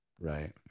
Right